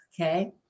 okay